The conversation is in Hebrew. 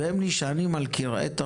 והם נשענים על כרעי תרנגולת".